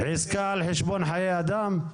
עסקה על חשבון חיי אדם?